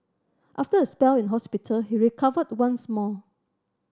after a spell in hospital he recovered once more